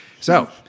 So-